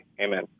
Amen